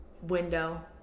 Window